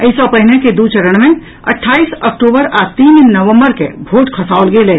एहि सँ पहिने के दू चरण मे अट्ठाईस अक्टूबर आ तीन नवम्बर के भोट खसाओल गेल छल